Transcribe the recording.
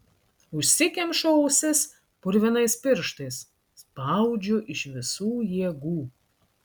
užsikemšu ausis purvinais pirštais spaudžiu iš visų jėgų